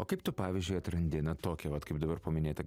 o kaip tu pavyzdžiui atrandi na tokią pat kaip dabar paminėtą